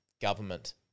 government